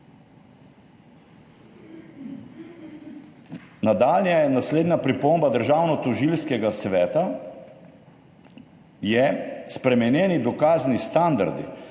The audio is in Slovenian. Nadalje, naslednja pripomba Državnotožilskega sveta je: spremenjeni dokazni standardi